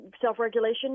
self-regulation